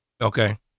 Okay